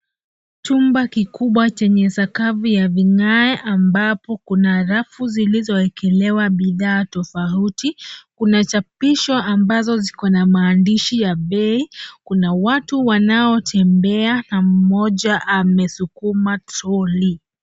Chumba kikubwa chenye sakafu ya vigae, ambapo kuna sakafu zilizoekelewa bidhaa tofauti. Kuna chapisho ambazo ziko na maandishi ya bei. Kuna watu wanotembea, na mmoja amesukuma troli.